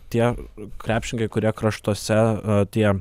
tie krepšininkai kurie kraštuose tie